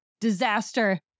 disaster